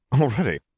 Already